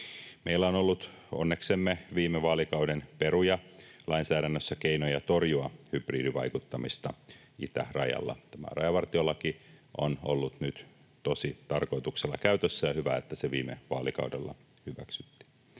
Meillä on ollut onneksemme viime vaalikauden peruja lainsäädännössä keinoja torjua hybridivaikuttamista itärajalla. Tämä rajavartiolaki on ollut nyt tositarkoituksella käytössä, ja on hyvä, että se viime vaalikaudella hyväksyttiin.